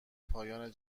پایان